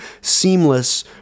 seamless